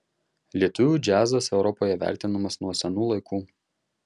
lietuvių džiazas europoje vertinamas nuo senų laikų